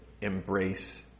embrace